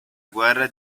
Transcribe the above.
guerra